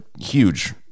huge